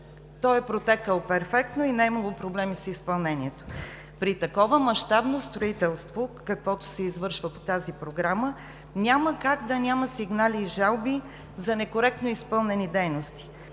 е протекъл перфектно и не е имало проблеми с изпълнението. При такова мащабно строителство, каквото се извършва по тази Програма, няма как да няма сигнали и жалби за некоректно изпълнени дейности.